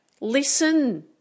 Listen